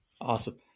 Awesome